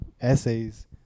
essays